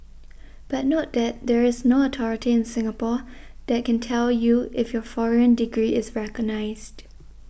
but note that there is no authority in Singapore that can tell you if your foreign degree is recognised